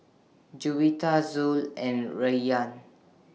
Juwita Zul and Rayyan